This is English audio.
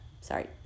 Sorry